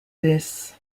this